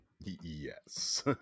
yes